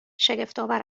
شگفتآور